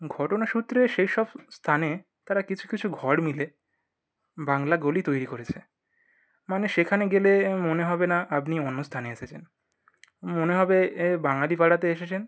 ঘটনাসূত্রে সেসব স্থানে তারা কিছু কিছু ঘর মিলে বাংলা গোলি তৈরি করেছে মানুষ সেখানে গেলে মনে হবে না আপনি অন্য স্থানে এসেছেন মনে হবে এ বাঙালি পাড়াতে এসেছেন